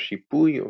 או שיפוי,